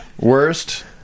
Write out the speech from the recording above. Worst